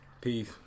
Peace